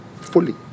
fully